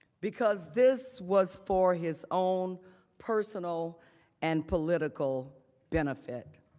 because this was for his own personal and political benefit.